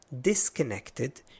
disconnected